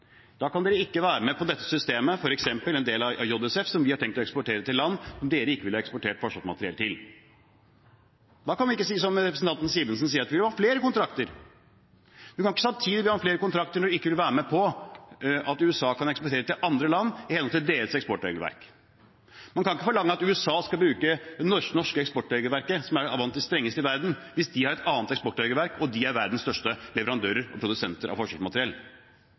Da kan dere ikke være med på dette systemet, f.eks. en del av JSF, som vi har tenkt å eksportere til land som dere ikke ville ha eksportert forsvarsmateriell til. Da kan vi ikke si som representanten Simensen sier, at vi vil ha flere kontrakter. Man kan ikke be om flere kontrakter når man ikke samtidig vil være med på at USA kan eksportere til andre land, i henhold til deres eksportregelverk. Man kan ikke forlange at USA skal bruke det norske eksportregelverket, som er blant de strengeste i verden, hvis de har et annet eksportregelverk og de er verdens største leverandører og produsenter av